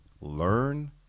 learn